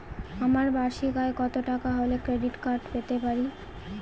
আমার বার্ষিক আয় কত টাকা হলে ক্রেডিট কার্ড পেতে পারি?